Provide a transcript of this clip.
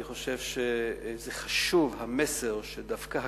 אני חושב שחשוב המסר שדווקא הכנסת,